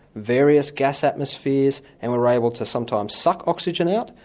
various gas atmospheres, and we're able to sometimes suck oxygen out,